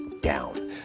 down